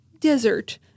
desert